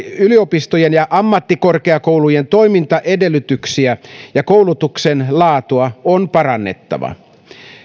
yliopistojen ja ammattikorkeakoulujen toimintaedellytyksiä ja koulutuksen laatua on parannettava